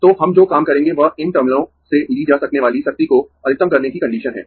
तो हम जो काम करेंगें वह इन टर्मिनलों से ली जा सकने वाली शक्ति को अधिकतम करने की कंडीशन है